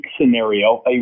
scenario